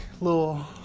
Little